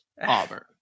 Auburn